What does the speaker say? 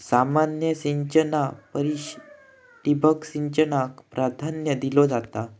सामान्य सिंचना परिस ठिबक सिंचनाक प्राधान्य दिलो जाता